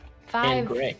Five